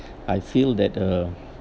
I feel that uh